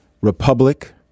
Republic